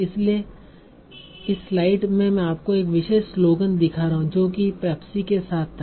इसलिए इस स्लाइड में मैं आपको एक विशेष स्लोगन दिखा रहा हूं जो कि पेप्सी के साथ था